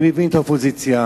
אני מבין את האופוזיציה,